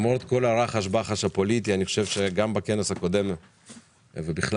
הרחש בחש הפוליטי גם בכנס הקודם ובכלל